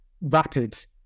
rapid